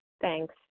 Thanks